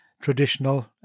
traditional